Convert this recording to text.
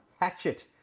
Hatchet